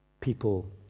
people